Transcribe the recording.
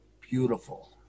beautiful